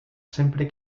sempre